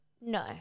No